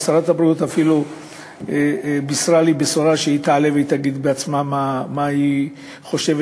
שרת הבריאות אפילו בישרה לי שהיא תעלה ותגיד בעצמה מה היא חושבת,